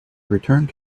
returned